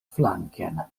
flanken